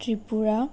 Tripura